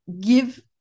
give